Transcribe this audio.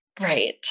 Right